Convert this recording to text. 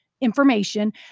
Information